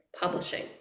publishing